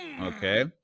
okay